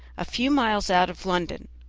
a few miles out of london.